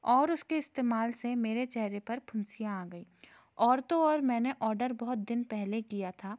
और उसके इस्तेमाल से मेरे चेहरे पर फुंसियाँ आ गई और तो और मैंने ऑडर बहुत दिन पहले किया था